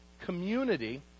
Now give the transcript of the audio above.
community